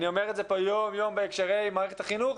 אני אומר את זה פה יום-יום בהקשרי מערכת החינוך,